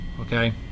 okay